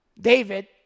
David